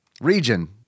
Region